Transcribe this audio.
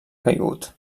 caigut